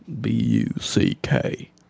B-U-C-K